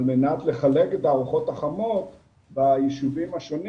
על מנת לחלק את הארוחות החמות בישובים השונים